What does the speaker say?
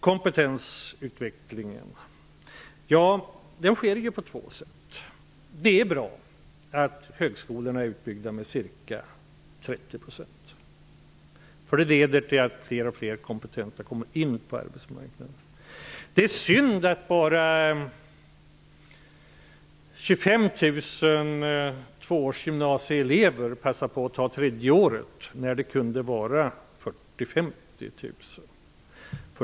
Kompetensutvecklingen sker på två sätt. Det är bra att högskolorna är utbyggda med ca 30 %. Det leder till att fler och fler kompetenta kommer in på arbetsmarknaden. Det är synd att bara 25 000 elever på tvåårigt gymnasium passar på att gå det tredje året när det kunde vara 40 000--50 000.